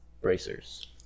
bracers